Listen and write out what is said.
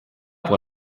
pour